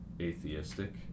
atheistic